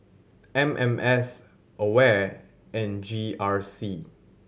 M M S AWARE and G R C